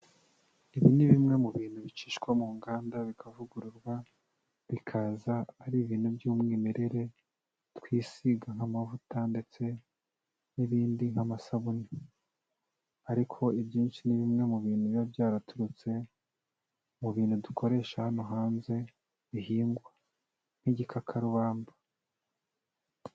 Ibi ni bimwe mu bintu bicishwa mu nganda bikavugururwa, bikaza ari ibintu by'umwimere, twisiga nk'amavuta ndetse n'ibindi nk'amasabune, ariko ibyinshi ni bimwe mu bintu biba byaraturutse mu bintu dukoresha hano hanze bihingwa nk'igikakarubamba.